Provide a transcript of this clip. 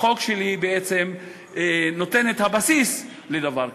החוק שלי נותן את הבסיס לדבר כזה.